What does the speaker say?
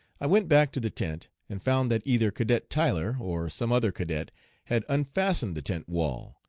i went back to the tent and found that either cadet tyler or some other cadet had unfastened the tent wall,